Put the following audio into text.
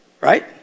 Right